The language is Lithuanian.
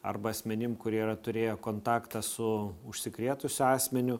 arba asmenim kurie yra turėję kontaktą su užsikrėtusiu asmeniu